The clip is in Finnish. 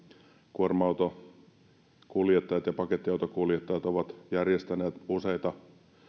kuorma autonkuljettajat ja pakettiautonkuljettajat ovat järjestäneet useita